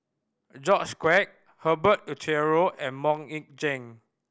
George Quek Herbert Eleuterio and Mok Ying Jang